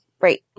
Right